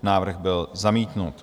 Návrh byl zamítnut.